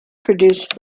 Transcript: produce